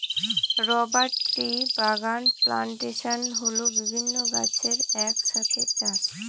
rubber ট্রির বাগান plantation হল বিভিন্ন গাছের এক সাথে চাষ